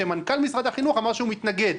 שמנכ"ל משרד החינוך אמר שהוא מתנגד,